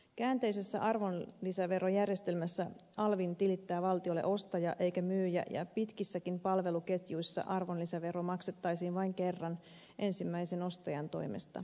käänteisessä arvonlisäverojärjestelmässä alvin tilittää valtiolle ostaja eikä myyjä ja pitkissäkin palveluketjuissa arvonlisävero maksettaisiin vain kerran ensimmäisen ostajan toimesta